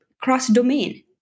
cross-domain